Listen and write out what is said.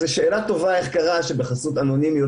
שאלה טובה איך קרה שבחסות אנונימיות